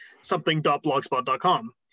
something.blogspot.com